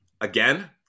again